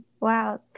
Wow